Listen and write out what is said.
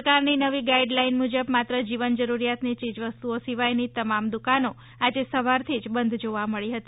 સરકારની નવી ગાઇડલાઇન મુજબ માત્ર જીવનજરૂરિયાતની યીજવસ્તુઓ સિવાયની તમામ દુકાનો આજે સવારથી જ બંધ જોવા મળી હતી